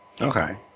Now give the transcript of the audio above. Okay